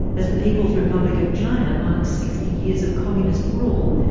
as the people's republic of china marks sixty years of communist rule,